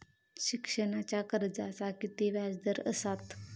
शिक्षणाच्या कर्जाचा किती व्याजदर असात?